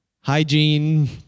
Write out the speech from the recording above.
Hygiene